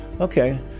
okay